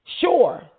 Sure